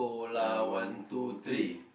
ya one two three